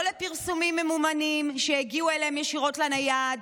לא לפרסומים ממומנים שהגיעו אליהם ישירות לנייד,